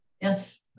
Yes